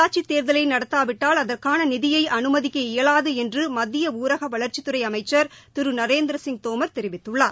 உள்ளாட்சித் தேர்தலைநடத்தாவிட்டால் அதற்கானநிதியைஅனுமதிக்க தமிழகத்தில் இயலாதுஎன்றுமத்திய ஊரகவளா்ச்சித்துறை அமைச்சர் திருநரேந்திரசிங் தோம் தெரிவித்துள்ளார்